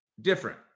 different